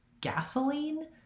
gasoline